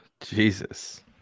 Jesus